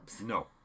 No